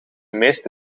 meeste